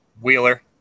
Wheeler